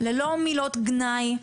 ללא מילות גנאי,